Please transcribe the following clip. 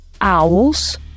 Owls